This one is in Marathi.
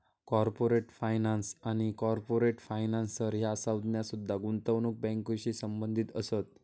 कॉर्पोरेट फायनान्स आणि कॉर्पोरेट फायनान्सर ह्या संज्ञा सुद्धा गुंतवणूक बँकिंगशी संबंधित असत